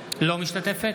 אינה משתתפת